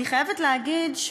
אני חייבת להגיד,